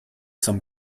some